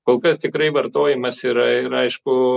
kol kas tikrai vartojimas yra ir aišku